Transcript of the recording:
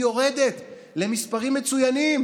היא יורדת למספרים מצוינים,